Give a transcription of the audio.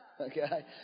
Okay